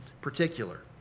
particular